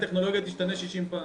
עוד שנה וחצי הטכנולוגיה תשתנה 60 פעם.